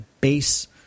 base